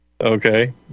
Okay